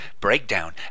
breakdown